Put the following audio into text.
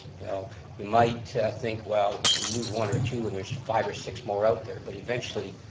you know you might think, well we lose one or two, and there's five or six more out there. but eventually,